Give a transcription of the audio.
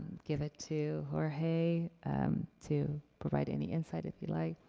give it to jorge to provide any insight, if you'd like?